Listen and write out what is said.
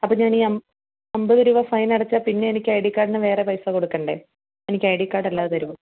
അപ്പോൾ ഞാൻ ഈ അം അമ്പത് രൂപ ഫൈൻ അടച്ചാൽ പിന്നെ എനിക്ക് ഐ ഡി കാർഡിന് വേറെ പൈസ കൊടുക്കണ്ടേ എനിക്ക് ഐ ഡി കാർഡ് അല്ലാതെ തരുമോ